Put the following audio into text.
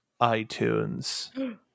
iTunes